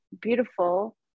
beautiful